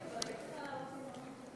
שלי,